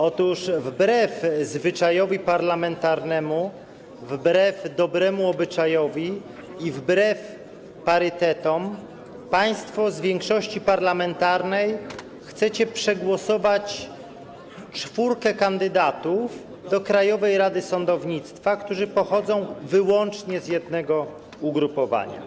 Otóż wbrew zwyczajowi parlamentarnemu, wbrew dobremu obyczajowi i wbrew parytetom państwo z większości parlamentarnej chcecie przegłosować czwórkę kandydatów do Krajowej Rady Sądownictwa, którzy pochodzą wyłącznie z jednego ugrupowania.